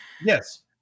Yes